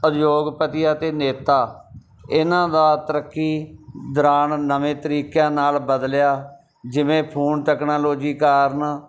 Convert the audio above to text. ਉਦਯੋਗਪਤੀਆਂ ਅਤੇ ਨੇਤਾ ਇਹਨਾਂ ਦਾ ਤਰੱਕੀ ਦੌਰਾਨ ਨਵੇਂ ਤਰੀਕਿਆਂ ਨਾਲ ਬਦਲਿਆ ਜਿਵੇਂ ਫੋਨ ਤਕਨਾਲੋਜੀ ਕਾਰਨ